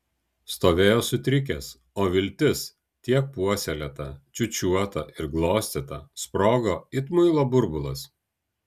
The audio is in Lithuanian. stovėjo sutrikęs o viltis tiek puoselėta čiūčiuota ir glostyta sprogo it muilo burbulas